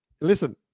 listen